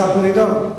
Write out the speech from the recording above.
השר מרידור,